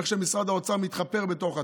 איך משרד האוצר מתחפר בתוך עצמו.